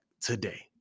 today